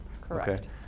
correct